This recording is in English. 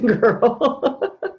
girl